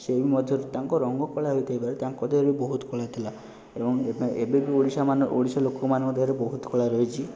ସେ ବି ମଧ୍ୟ ତାଙ୍କ ରଙ୍ଗ କଳା ହେଇ ଥାଇପାରେ କିନ୍ତୁ ତାଙ୍କ ଦେହରେ ବି ବହୁତ କଳା ଥିଲା ଏବଂ ଏବେ ବି ଓଡ଼ିଶାମାନ ଓଡ଼ିଶା ଲୋକମାନଙ୍କ ଦେହରେ ବହୁତ କଳା ରହିଛି